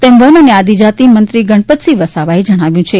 તેમ વન અને આદિજાતિમંત્રી ગણપતસિંહ વસાવાએ જણાવ્યું છે